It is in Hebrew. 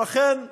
ולכן,